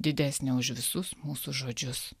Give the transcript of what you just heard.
didesnė už visus mūsų žodžius